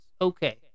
okay